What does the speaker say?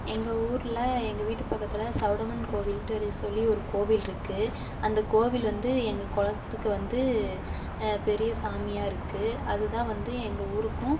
எங்கள் ஊரில் எங்கள் வீட்டு பக்கத்தில் சௌடம்மன் கோயில்ட்டு சொல்லி ஒரு கோவில் இருக்கு அந்த கோவில் வந்து எங்கள் குளத்துக்கு வந்து பெரிய சாமியாக இருக்கு அது தான் வந்து எங்கள் ஊருக்கும்